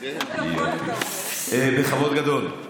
בכבוד גדול,